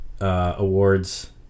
Awards